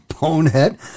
bonehead